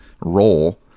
role